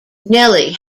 nellie